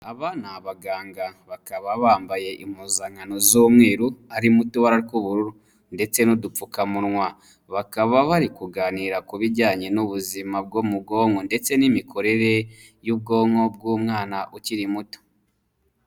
Aba ni abaganga, bakaba bambaye impuzankano z'umweru arimo utobara tw'ubururu ndetse n'udupfukamunwa, bakaba bari kuganira ku bijyanye n'ubuzima bwo mu bwonko ndetse n'imikorere y'ubwonko bw'umwana ukiri muto.